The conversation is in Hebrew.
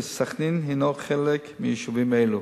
וסח'נין הינה חלק מיישובים אלו.